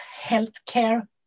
healthcare